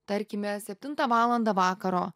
tarkime septintą valandą vakaro